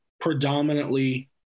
predominantly